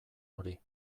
hori